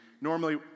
normally